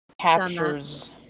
captures